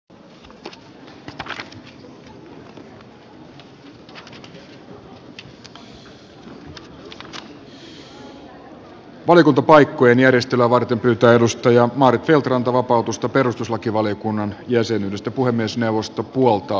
valiokuntapaikkojen järjestelyä varten pyytää maarit feldt ranta vapautusta perustuslakivaliokunnan jäsenyydestä